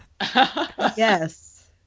Yes